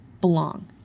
belong